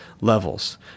levels